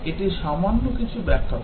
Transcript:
এটা সামান্য কিছু ব্যাখ্যা করে